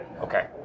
Okay